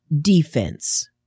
defense